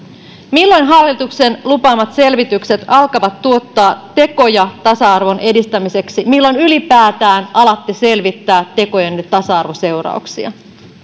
milloin hallituksen lupaamat selvitykset alkavat tuottaa tekoja tasa arvon edistämiseksi milloin ylipäätään alatte selvittää tekojenne tasa arvoseurauksia